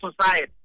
society